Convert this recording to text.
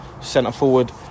centre-forward